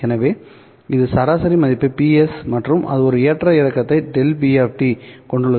எனவே இது சராசரி மதிப்பைக் Ps மற்றும் அது ஒரு ஏற்ற இறக்கத்தைக் ΔP கொண்டுள்ளது